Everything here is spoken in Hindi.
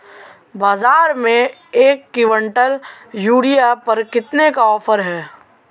बाज़ार में एक किवंटल यूरिया पर कितने का ऑफ़र है?